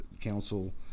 council